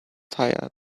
tire